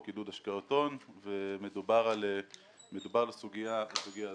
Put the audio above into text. עידוד השקעות הון ומדובר על הסוגיה הזאת.